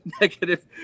negative